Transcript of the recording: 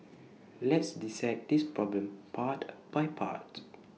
let's dissect this problem part by part